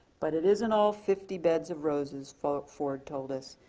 but it isn't all fifty beds of roses, ford ford told us.